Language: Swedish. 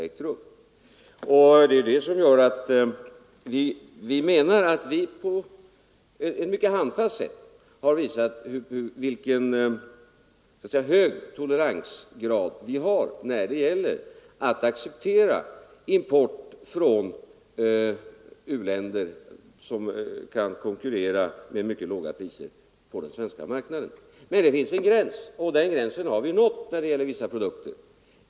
Vi menar därför att vi på ett mycket handfast sätt visat vilken hög toleransgrad vi har när det gäller att acceptera import från u-länder, som kan konkurrera med mycket låga priser på den svenska marknaden. Men det finns en gräns, och den har vi nått när det gäller vissa produkter.